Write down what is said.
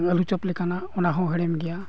ᱟᱹᱞᱩ ᱪᱚᱯ ᱞᱮᱠᱟᱱᱟᱜ ᱚᱱᱟᱦᱚᱸ ᱦᱮᱲᱮᱢ ᱜᱮᱭᱟ